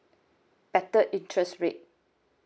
better interest rate